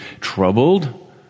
troubled